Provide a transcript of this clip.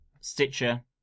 Stitcher